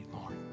Lord